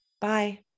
Bye